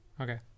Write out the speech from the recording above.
Okay